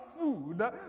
food